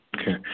Okay